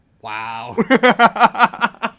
Wow